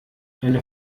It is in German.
eine